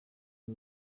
rya